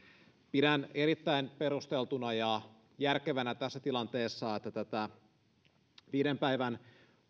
pidän erittäin perusteltuna ja järkevänä tässä tilanteessa että tätä viiden päivän